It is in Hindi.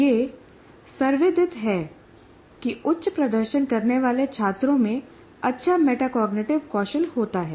यह सर्वविदित है कि उच्च प्रदर्शन करने वाले छात्रों में अच्छा मेटाकॉग्निटिव कौशल होता है